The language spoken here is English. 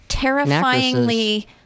terrifyingly